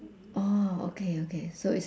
oh okay okay so it's